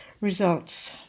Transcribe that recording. results